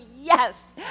yes